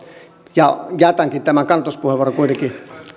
jätänkin tämän kannatuspuheenvuoron kuitenkin